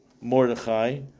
Mordechai